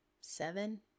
seven